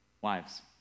Wives